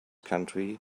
country